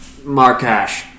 Markash